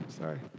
Sorry